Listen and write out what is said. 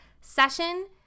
session